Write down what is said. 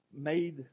made